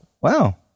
Wow